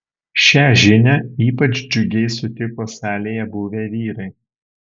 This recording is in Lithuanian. šią žinią ypač džiugiai sutiko salėje buvę vyrai